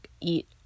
eat